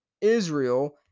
Israel